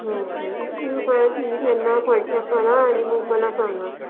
हो का तुम्ही त्यांना कॉन्टॅक्ट करा आणि मग मला सांगा